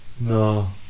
No